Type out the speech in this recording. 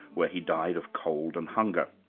where he died of cold and hunger.